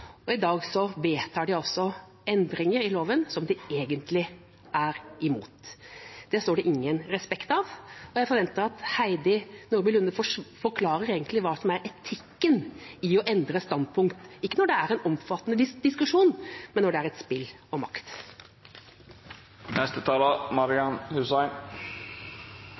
og i dag vedtar de altså endringer i loven som de egentlig er imot. Det står det ingen respekt av, og jeg forventer at Heidi Nordby Lunde forklarer hva som er etikken i å endre standpunkt – ikke når det er en omfattende diskusjon, men når det er et spill om makt. Representanten Marian